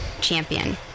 champion